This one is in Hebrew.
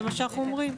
זה מה שאנחנו אומרים.